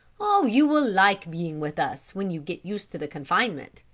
oh, you will like being with us when you get used to the confinement,